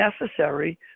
necessary